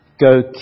go